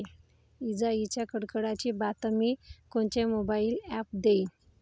इजाइच्या कडकडाटाची बतावनी कोनचे मोबाईल ॲप देईन?